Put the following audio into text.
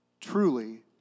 truly